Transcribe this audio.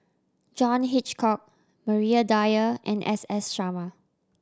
John Hitchcock Maria Dyer and S S Sarma